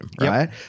Right